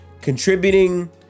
contributing